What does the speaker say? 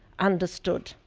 understood,